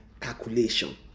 calculation